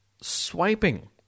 swiping